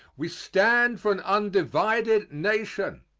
we stand for an undivided nation.